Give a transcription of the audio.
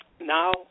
now